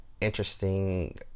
interesting